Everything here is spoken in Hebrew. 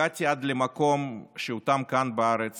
הגעתי עד למקום שהותם כאן בארץ